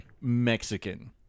Mexican